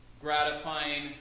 gratifying